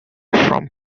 from